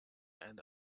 and